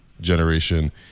generation